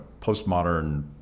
postmodern